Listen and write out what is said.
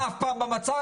זה לא היה מעולם במצע,